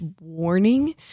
warning